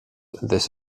this